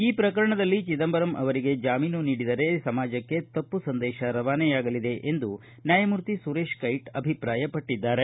ಈ ಪ್ರಕರಣದಲ್ಲಿ ಚಿದಂಬರಂಗೆ ಚಾಮೀನು ನೀಡಿದರೆ ಸಮಾಜಕ್ಕೆ ತಪ್ಪು ಸಂದೇಶ ರವಾನೆಯಾಗಲಿದೆ ಎಂದು ನ್ಯಾಯಮೂರ್ತಿ ಸುರೇಶ್ ಕೈಟ್ ಅಭಿಪ್ರಾಯಪಟ್ಟದ್ದಾರೆ